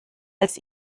als